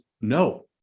no